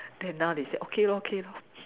then now they say okay okay